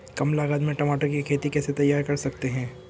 कम लागत में टमाटर की खेती कैसे तैयार कर सकते हैं?